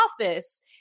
office